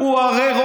הוא הרי,